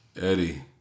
Eddie